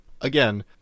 again